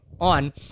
on